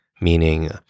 meaning